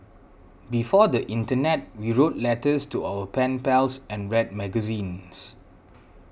before the internet we wrote letters to our pen pals and read magazines